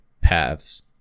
paths